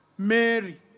Mary